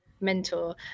mentor